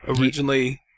Originally